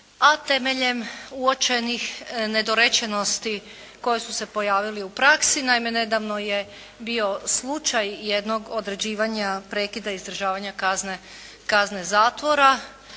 A temeljem uočenih nedorečenosti koje su se pojavile u praksi. Naime nedavno je bio slučaj jednog određivanja prekida izdržavanja kazne zatvora